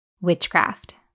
Witchcraft